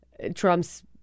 Trump's